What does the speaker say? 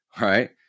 Right